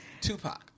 Tupac